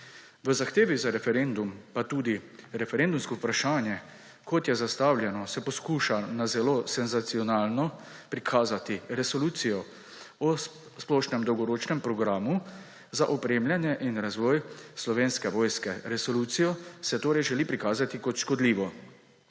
V zahtevi za referendum pa tudi v referendumskem vprašanju, kot je zastavljeno, se poskuša na zelo senzacionalno prikazati resolucijo o splošnem dolgoročnem programu za opremljanje in razvoj Slovenske vojske. Resolucijo se torej želi prikazati kot škodljivo.